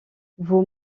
vous